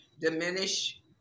diminish